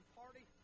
party